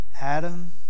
Adam